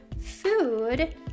food